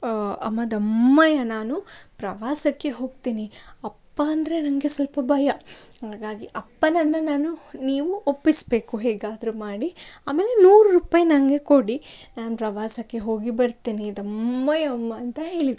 ಅಮ್ಮ ದಮ್ಮಯ್ಯ ನಾನು ಪ್ರವಾಸಕ್ಕೆ ಹೋಗ್ತೇನೆ ಅಪ್ಪ ಅಂದರೆ ನಂಗೆ ಸ್ವಲ್ಪ ಭಯ ಹಾಗಾಗಿ ಅಪ್ಪನನ್ನು ನಾನು ನೀವು ಒಪ್ಪಿಸಬೇಕು ಹೇಗಾದರು ಮಾಡಿ ಆಮೇಲೆ ನೂರು ರೂಪಾಯಿ ನಂಗೆ ಕೊಡಿ ನಾನು ಪ್ರವಾಸಕ್ಕೆ ಹೋಗಿ ಬರ್ತೇನೆ ದಮ್ಮಯ್ಯ ಅಮ್ಮ ಅಂತ ಹೇಳಿದೆ